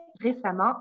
récemment